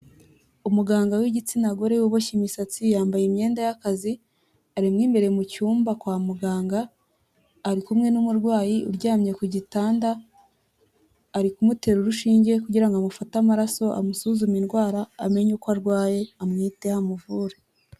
Umuganga w'igitsina gore, uboshye imisatsi, yambaye imyenda y'akazi, ari mo imbere mu cyumba kwa muganga, ari kumwe n'umurwayi uryamye ku gitanda, ari kumutera urushinge kugira ngo amufate amaraso, amusuzume indwara, amenye uko arwaye, amwiteho amuvure.